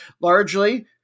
Largely